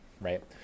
Right